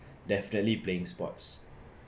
definitely playing sports